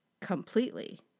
completely